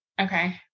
Okay